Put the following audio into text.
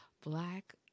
Black